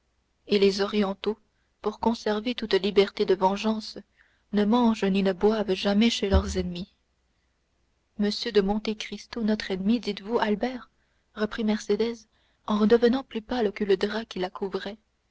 et les orientaux pour conserver toute liberté de vengeance ne mangent ni ne boivent jamais chez leurs ennemis m de monte cristo notre ennemi dites-vous albert reprit mercédès en devenant plus pâle que le drap qui la couvrait